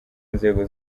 nzego